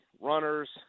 runners